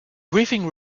briefing